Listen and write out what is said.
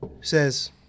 says